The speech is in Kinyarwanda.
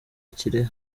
kirehe